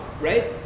right